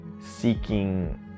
seeking